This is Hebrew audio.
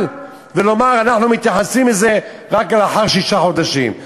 ולומר: אנחנו מתייחסים לזה רק לאחר שישה חודשים.